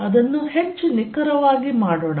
ಅದನ್ನು ಹೆಚ್ಚು ನಿಖರವಾಗಿ ಮಾಡೋಣ